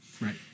right